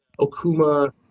Okuma